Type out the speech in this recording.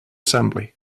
assembly